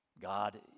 God